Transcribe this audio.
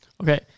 Okay